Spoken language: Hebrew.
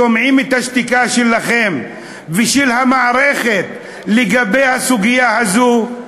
שומעים את השתיקה שלכם ושל המערכת לגבי הסוגיה הזאת,